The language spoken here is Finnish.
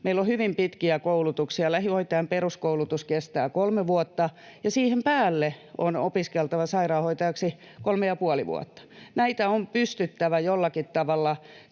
Meillä on hyvin pitkiä koulutuksia: lähihoitajan peruskoulutus kestää kolme vuotta, ja siihen päälle on opiskeltava sairaanhoitajaksi kolme ja puoli vuotta. [Arto Satonen: Kyllä!] Näitä on pystyttävä jollakin tavalla